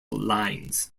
lines